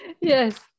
Yes